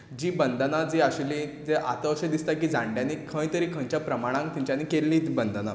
जीं बंधनां जीं आशिल्लीं आतां अशें दिसता की जाणटेल्यांनी खंय तरी खंयच्या प्रमाणांत केल्लीं बंधनां